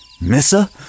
Missa